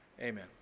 Amen